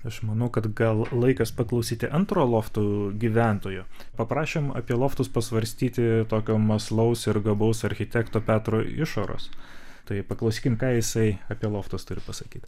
aš manau kad gal laikas paklausyti antro lofto gyventojo paprašėm apie loftus pasvarstyti tokio mąslaus ir gabaus architekto petro išoros tai paklauskime ką jisai apie loftus turi pasakyt